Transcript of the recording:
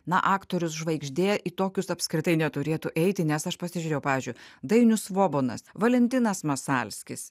na aktorius žvaigždė į tokius apskritai neturėtų eiti nes aš pasižiūrėjau pavyzdžiui dainius svobonas valentinas masalskis